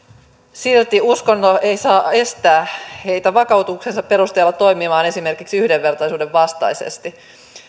silti uskonto ei saa estää vakaumuksen perusteella toimimaan esimerkiksi yhdenvertaisuuden vastaisesti